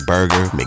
Burger